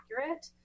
accurate